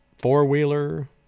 four-wheeler